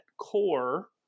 core